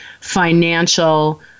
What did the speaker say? financial